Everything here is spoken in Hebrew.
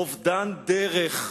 אובדן דרך.